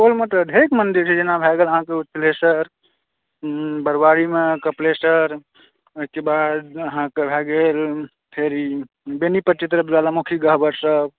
सुपौलमे तऽ ढेरिक मंदिर जेना भए गेल ओ अहाँके ओ पिलेसर बरारी मे कपिलेसर के बाद अहाँके भए गेल फेर बेनिपट्टी तरफ़ ज्वालामुखी ग्वहरसभ